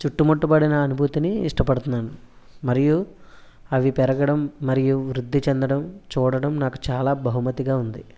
చుట్టుముట్టబడిన అనుభూతిని ఇష్టపడుతున్నాను మరియు అవి పెరగడం మరియు వృద్ధి చెందడం చూడడం నాకు చాలా బహుమతిగా ఉంది